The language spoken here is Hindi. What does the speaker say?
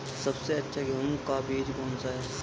सबसे अच्छा गेहूँ का बीज कौन सा है?